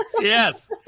yes